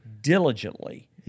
diligently